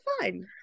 fine